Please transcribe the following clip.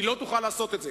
היא לא תוכל לעשות את זה.